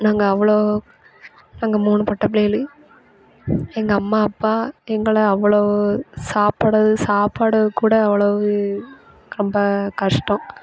நாங்கள் அவ்வளோ நாங்கள் மூணு பொட்ட பிள்ளைகளும் எங்கள் அம்மா அப்பா எங்களை அவ்வளோ சாப்பாடு சாப்பாடு கூட அவ்வளோவு ரொம்ப கஷ்டம்